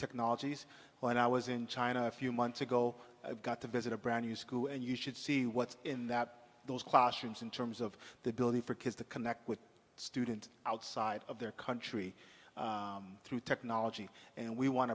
technologies when i was in china a few months ago i got to visit a brand new school and you should see what's in that those classrooms in terms of the ability for kids to connect with students outside of their country through technology and we want